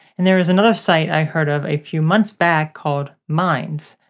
and there is another site i heard of a few months back called minds.